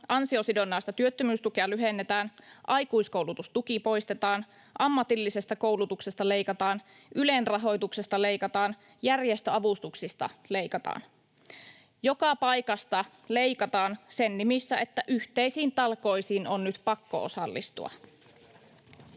ansiosidonnaista työttömyystukea lyhennetään, aikuiskoulutustuki poistetaan, ammatillisesta koulutuksesta leikataan, Ylen rahoituksesta leikataan, järjestöavustuksista leikataan. Joka paikasta leikataan sen nimissä, että yhteisiin talkoisiin on nyt pakko osallistua.